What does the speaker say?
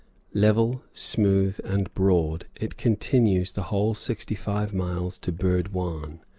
level, smooth, and broad it continues the whole sixty-five miles to burd-wan.